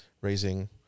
raising